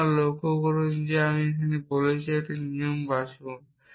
সুতরাং লক্ষ্য করুন যে আমরা বলেছি একটি নিয়ম বাছুন